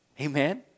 Amen